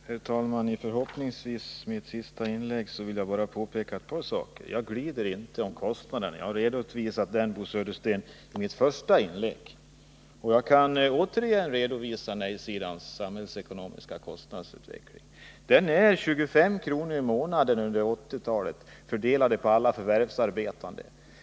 Herr talman! I detta mitt förhoppningsvis sista inlägg vill jag bara påpeka ett par saker. Jag glider inte i fråga om kostnaderna. Jag har, Bo Södersten, redovisat dem i mitt första inlägg. Jag kan återigen redovisa de samhällsekonomiska kostnaderna för nej-alternativet. Kostnaden blir 25 kr. i månaden under 1980-talet för varje förvärvsarbetande.